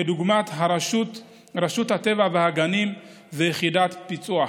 לדוגמה עם רשות הטבע והגנים ויחידת הפיצו"ח.